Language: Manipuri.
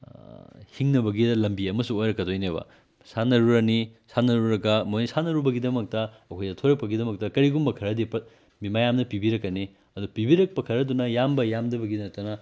ꯍꯤꯡꯅꯕꯒꯤ ꯂꯝꯕꯤ ꯑꯃꯁꯨ ꯑꯣꯏꯔꯛꯀꯗꯣꯏꯅꯦꯕ ꯁꯥꯟꯅꯔꯨꯔꯅꯤ ꯁꯥꯟꯅꯔꯨꯔꯒ ꯃꯈꯣꯏꯅ ꯁꯥꯟꯅꯔꯨꯕꯒꯤꯗꯃꯛꯇ ꯃꯈꯣꯏꯅ ꯊꯣꯏꯔꯛꯄꯒꯤꯗꯃꯛꯇ ꯀꯔꯤꯒꯨꯝꯕ ꯈꯔꯗꯤ ꯃꯤ ꯃꯌꯥꯝꯅ ꯄꯤꯕꯤꯔꯛꯀꯅꯤ ꯑꯗꯨ ꯄꯤꯕꯤꯔꯛꯄ ꯈꯔꯗꯨꯅ ꯌꯥꯝꯕ ꯌꯥꯝꯗꯕꯒꯤꯇ ꯅꯠꯇꯅ